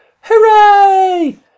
Hooray